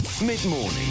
Mid-morning